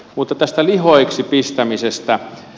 mutta tästä lihoiksi pistämisestä